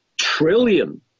trillion